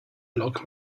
lock